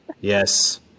Yes